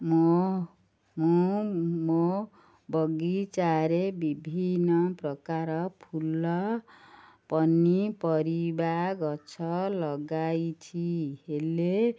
ମୁଁ ମୁଁ ମୋ ବଗିଚାରେ ବିଭିନ୍ନ ପ୍ରକାର ଫୁଲ ପନିପରିବା ଗଛ ଲଗାଇଛି ହେଲେ